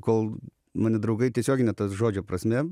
kol mane draugai tiesiogine ta žodžio prasme